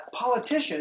politicians